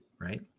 Right